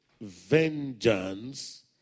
vengeance